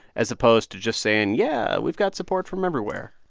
as opposed to just saying, yeah, we've got support from everywhere?